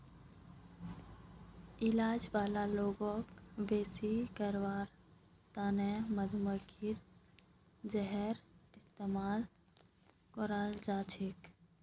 allergy वाला लोगक बेहोश करवार त न मधुमक्खीर जहरेर इस्तमाल कराल जा छेक